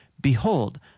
Behold